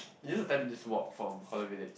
use the time in this walk from Holland-Village